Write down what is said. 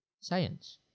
Science